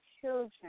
children